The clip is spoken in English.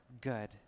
good